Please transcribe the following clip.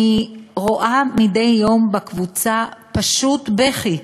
אני רואה מדי יום בקבוצה פשוט בכי,